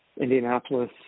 Indianapolis